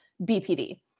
BPD